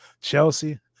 Chelsea